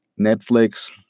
Netflix